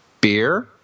beer